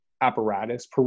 apparatus